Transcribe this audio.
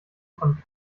von